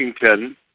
Washington